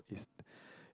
is